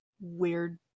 Weird